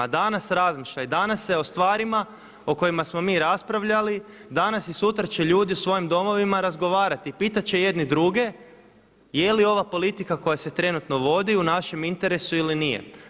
Danas razmišlja i danas se o stvarima o kojima smo mi raspravljali, danas i sutra će ljudi u svojim domovima razgovarati i pitat će jedni druge je li ova politika koja se trenutno vodi u našem interesu ili nije.